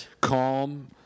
calm